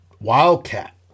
Wildcat